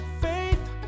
faith